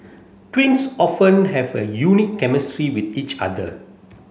twins often have a unique chemistry with each other